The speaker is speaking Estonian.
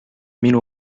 minu